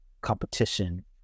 competition